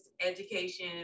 education